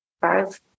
Five